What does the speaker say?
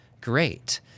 great